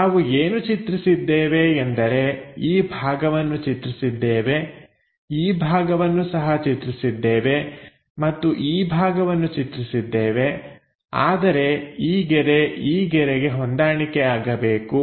ನಾವು ಏನು ಚಿತ್ರಿಸಿದ್ದೇವೆ ಎಂದರೆ ಈ ಭಾಗವನ್ನು ಚಿತ್ರಿಸಿದ್ದೇವೆ ಈ ಭಾಗವನ್ನು ಸಹ ನಾವು ಚಿತ್ರಿಸಿದ್ದೇವೆ ಮತ್ತು ಈ ಭಾಗವನ್ನು ಚಿತ್ರಿಸಿದ್ದೇವೆ ಆದರೆ ಈ ಗೆರೆ ಈ ಗೆರೆಗೆ ಹೊಂದಾಣಿಕೆ ಆಗಬೇಕು